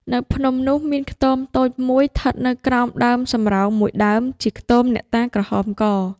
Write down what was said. នៅភ្នំនោះ មានខ្ទមតូច ១ ឋិតនៅក្រោមដើមសំរោង ១ ដើម ជាខ្ទមអ្នកតាក្រហមក ។